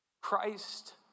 Christ